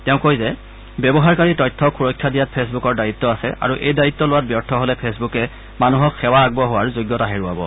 তেওঁ কয় যে ব্যৱহাৰকাৰীৰ তথ্যক সুৰক্ষা দিয়াত ফেচবুকৰ দায়িত্ব আছে আৰু এই দায়িত্ব লোৱাত ব্যৰ্থ হলে ফেচবুকে মানুহক সেৱা আগবঢ়োৱাৰ যোগ্যতা হেৰুৱাব